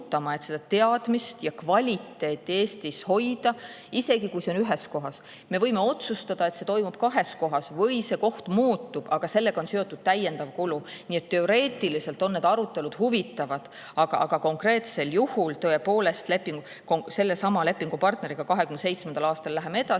et seda teadmist ja kvaliteeti Eestis hoida, isegi kui see on ühes kohas. Me võime otsustada, et see toimub kahes kohas või see koht muutub, aga sellega on seotud täiendav kulu. Nii et teoreetiliselt on need arutelud huvitavad, aga konkreetsel juhul tõepoolest on meil sõlmitud leping sellesama lepingupartneriga, kellega 2027. aastani läheme edasi,